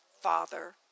Father